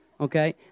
okay